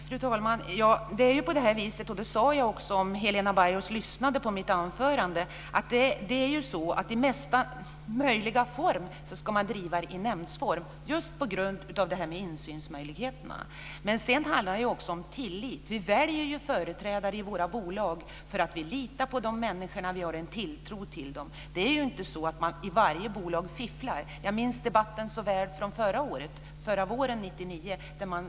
Fru talman! Det är ju på det viset, och det sade jag också om Helena Bargholtz lyssnade på mitt anförande, att man i mesta möjliga mån ska driva det i nämndform - just på grund av detta med insynsmöjligheterna. Men sedan handlar det också om tillit. Vi väljer ju företrädare i våra bolag för att vi litar på de människorna. Vi har en tilltro till dem. Det är inte så att man fifflar i varje bolag. Jag minns så väl debatten från förra året, från våren 1999.